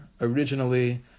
originally